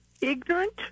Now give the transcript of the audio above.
ignorant